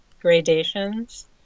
gradations